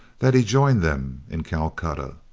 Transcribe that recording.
that he joined them in calcutta.